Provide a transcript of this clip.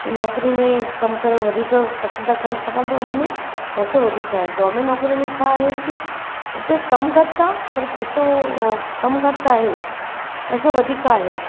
नौकरी में कमु करणु वधीक पसंदि था कन छाकाणि त हुन में पैसो वधीक आहे गोर्मेंट नौकरी में छा आहे की हुते कमु घटि आहे पर पैसो कमु घटि आहे पैसो वधीक आहे